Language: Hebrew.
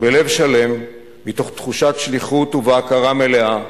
בלב שלם, מתוך תחושת שליחות ובהכרה מלאה,